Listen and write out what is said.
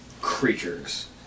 creatures